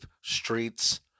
streets